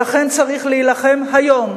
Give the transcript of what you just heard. ולכן צריך להילחם היום